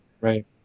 right